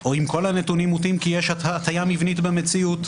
או אם כל הנתונים מוטים כי יש הטיה מבנית במציאות.